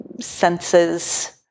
Senses